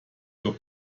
your